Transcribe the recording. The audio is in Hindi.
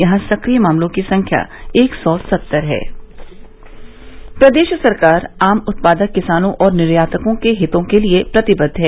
यहां सक्रिय मामलों की संख्या एक सौ सत्तर है प्रदेश सरकार आम उत्पादक किसानों और निर्यातकों के हितों के लिए प्रतिबद्ध है